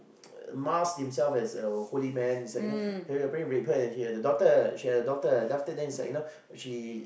masked himself as a holy man it's like you know he apparently raped her and he had a daughter she had a daughter then after then it's like you know she